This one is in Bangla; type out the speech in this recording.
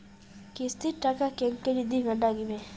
কিস্তির টাকা কেঙ্গকরি দিবার নাগীবে?